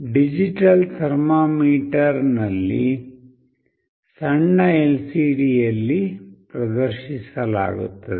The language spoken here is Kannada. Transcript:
ಡಿಜಿಟಲ್ ಥರ್ಮಾಮೀಟರ್ನಲ್ಲಿ ತಾಪಮಾನವನ್ನು ಸಣ್ಣ ಎಲ್ಸಿಡಿಯಲ್ಲಿ ಪ್ರದರ್ಶಿಸಲಾಗುತ್ತದೆ